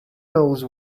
knows